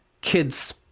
kids